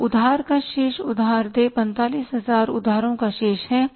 तो उधार का शेष उधार देय 45000 उधारों का शेष है